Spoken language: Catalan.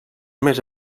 més